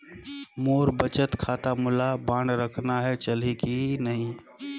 मोर बचत खाता है मोला बांड रखना है चलही की नहीं?